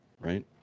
right